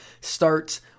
starts